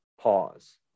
Pause